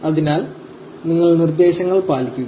അതിനാൽ നിങ്ങൾ നിർദ്ദേശങ്ങൾ പാലിക്കുക